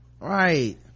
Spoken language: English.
Right